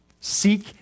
Seek